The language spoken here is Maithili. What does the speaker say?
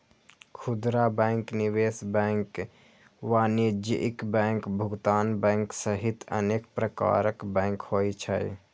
खुदरा बैंक, निवेश बैंक, वाणिज्यिक बैंक, भुगतान बैंक सहित अनेक प्रकारक बैंक होइ छै